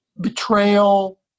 betrayal